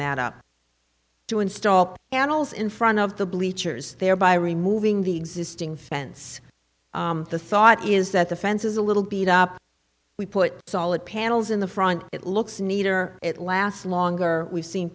that up to install animals in front of the bleachers thereby removing the existing fence the thought is that the fence is a little beat up we put solid panels in the front it looks neater it last longer we've seen